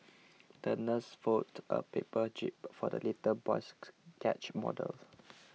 the nurse folded a paper jib for the little boy's yacht model